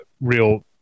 real